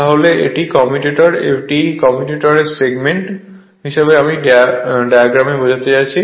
তাহলে এটি কমিউটেটর এটি কমিউটেটর সেগমেন্ট হিসাবে আমি ডায়াগ্রামে বোঝাতে চাইছি